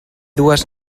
dues